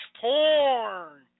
porn